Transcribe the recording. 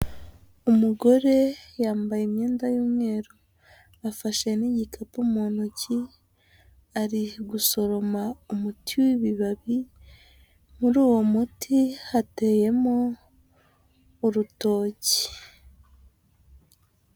Umugore yambaye imyenda y'umweru afashe n'igikapu mu ntoki ari gusoroma umuti w'ibibabi muri uwo muti hateyemo urutoki.